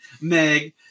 Meg